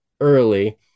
early